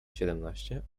siedemnaście